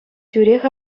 тӳрех